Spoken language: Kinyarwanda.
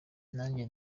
nanjye